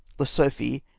la sophie,